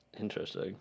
Interesting